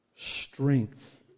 Strength